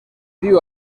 viu